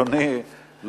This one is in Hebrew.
אדוני,